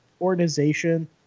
organization